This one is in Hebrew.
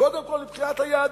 קודם כול מבחינת היעדים.